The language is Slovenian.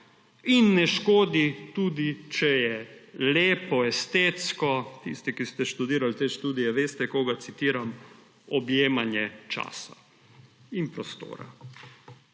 in ne škodi tudi, če je lepo, estetsko. Tisti, ki ste študirali te študije, veste, koga citiram, objemanje časa in prostora.